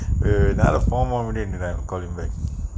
wait wait wait another four more minutes left I call you back